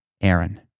Aaron